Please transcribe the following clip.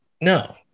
No